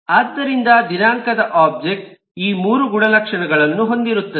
ಆದ್ದರಿಂದ ದಿನಾಂಕದ ಒಬ್ಜೆಕ್ಟ್ ಈ 3 ಗುಣಲಕ್ಷಣಗಳನ್ನು ಹೊಂದಿರುತ್ತದೆ